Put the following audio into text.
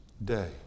Day